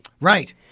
right